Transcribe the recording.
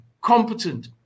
competent